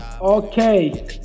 Okay